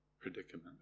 predicament